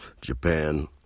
Japan